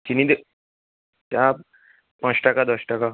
চিনি দিয়ে চা পাঁচ টাকা দশ টাকা